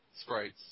sprites